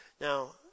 Now